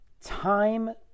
time